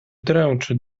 dręczy